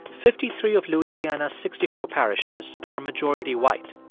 fifty-three of louisiana's sixty four parishes are majority white.